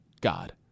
God